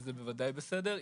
שזה בוודאי בסדר.